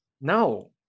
No